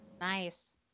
Nice